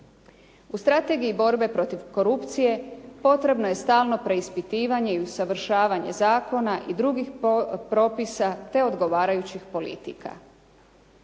U Strategiji borbe protiv korupcije potrebno je stalno preispitivanje i usavršavanje zakona i drugih propisa, te odgovarajućih politika.